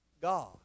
God